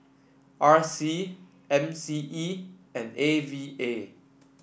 R C M C E and A V A